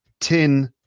tin